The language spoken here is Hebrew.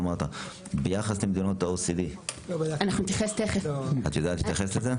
ביחס למדינות ה-OECD - את יודעת להתייחס לזה?